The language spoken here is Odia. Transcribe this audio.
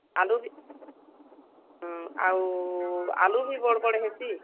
ଆଲୁ ବି ଆଉ ଆଲୁ ବି ବଡ଼ ବଡ଼ ହେସି